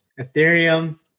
Ethereum